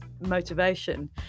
motivation